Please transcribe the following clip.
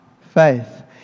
faith